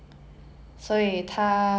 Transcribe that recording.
旅程